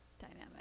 dynamic